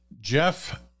Jeff